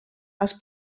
els